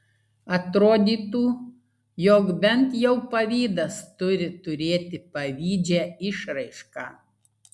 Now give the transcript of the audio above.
atrodytų jog bent jau pavydas turi turėti pavydžią išraišką